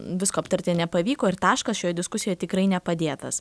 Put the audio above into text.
visko aptarti nepavyko ir taškas šioje diskusijoje tikrai nepadėtas